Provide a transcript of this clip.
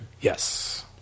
yes